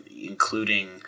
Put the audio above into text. including